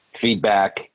feedback